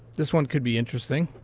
this one could be interesting.